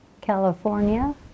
California